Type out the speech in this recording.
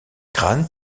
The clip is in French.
crânes